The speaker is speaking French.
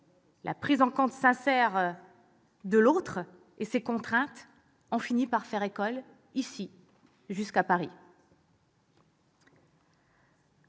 la prise en compte sincère de l'autre et de ses contraintes ont fini par faire école jusqu'à Paris.